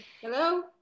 Hello